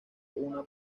una